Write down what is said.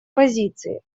позиции